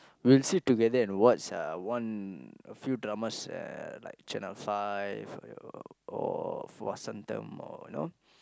we'll sit together and watch uh one a few dramas uh like channel five or or or Vasantham or you know